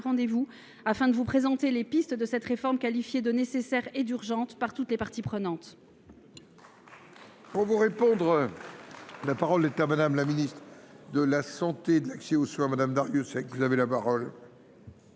rendez vous afin de vous présenter nos pistes s’agissant d’une réforme qualifiée de nécessaire et d’urgente par toutes les parties prenantes.